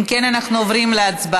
אם כן, אנחנו עוברים להצבעה,